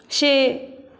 ਛੇ